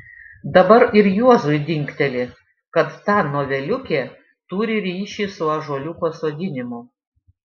dabar ir juozui dingteli kad ta noveliukė turi ryšį su ąžuoliuko sodinimu